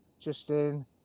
Justin